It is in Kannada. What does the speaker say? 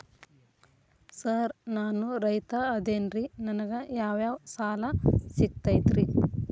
ಸರ್ ನಾನು ರೈತ ಅದೆನ್ರಿ ನನಗ ಯಾವ್ ಯಾವ್ ಸಾಲಾ ಸಿಗ್ತೈತ್ರಿ?